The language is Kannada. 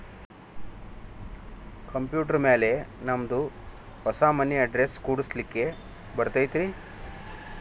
ಕಂಪ್ಯೂಟರ್ ಮ್ಯಾಲೆ ನಮ್ದು ಹೊಸಾ ಮನಿ ಅಡ್ರೆಸ್ ಕುಡ್ಸ್ಲಿಕ್ಕೆ ಬರತೈತ್ರಿ?